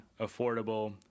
affordable